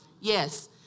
Yes